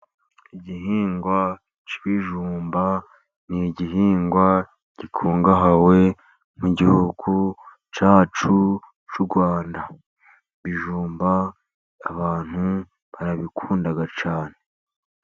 Igihingwa cy'ibijumba ni igihingwa gikungahaye mu gihugu cyacu cy'u Rwanda. Ibijumba abantu barabikunda cyane.